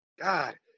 God